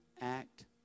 act